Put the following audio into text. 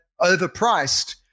overpriced